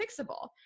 fixable